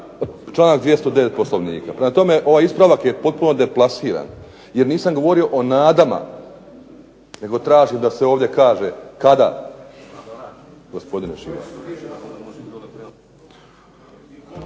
članak 209. Poslovnika, prema tome ovaj ispravak je potpuno deplasiran, jer nisam govorio o nadama, nego tražim da se ovdje kaže kada, gospodine Šima.